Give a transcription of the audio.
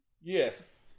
Yes